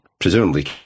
presumably